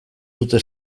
dute